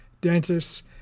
dentists